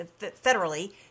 federally